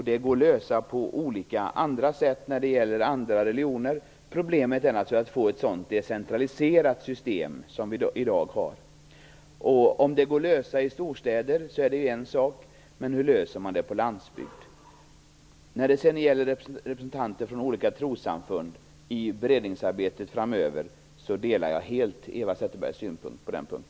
Det går att lösa på olika sätt när det gäller andra religioner. Problemet är naturligtvis att få ett så decentraliserat system som vi i dag har. Att det går att lösa i storstäder är en sak, men hur löser man det på landsbygd? När det gäller representanter från olika trossamfund i beredningsarbetet framöver delar jag helt Eva Zetterbergs synpunkt.